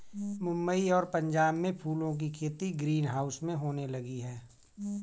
मुंबई और पंजाब में फूलों की खेती ग्रीन हाउस में होने लगी है